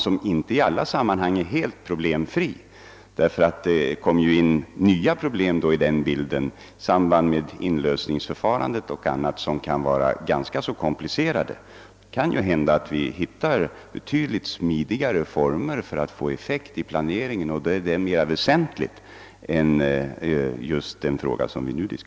Denna är nämligen inte i alla sammanhang helt problemfri, eftersom det kommer in nya problem i bilden, t.ex. i samband med inlösningsförfarandet, som kan vara ganska komplicerade. Man hittar kanske betydligt smidigare former för att göra planeringen effektiv, och det är det väsentliga.